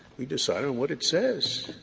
we decide on what it says.